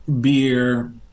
beer